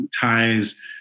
ties